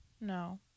No